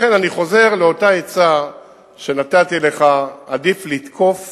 לכן אני חוזר לאותה עצה שנתתי לך: עדיף לתקוף